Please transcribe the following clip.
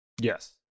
Yes